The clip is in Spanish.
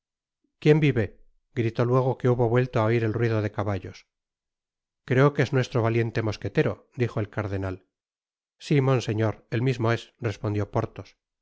quién vive gritó luego que hubo vuelto á oir el ruido de caballos creo que es nuestro valiente mosquetero dijo et cardenal si monseñor el mismo es respondió porthos